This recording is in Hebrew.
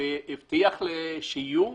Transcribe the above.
והבטיח שיהיו,